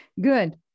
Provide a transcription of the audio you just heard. Good